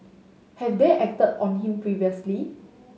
have they acted on him previously